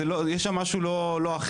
יש שם משהו לא אחיד,